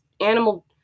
animal-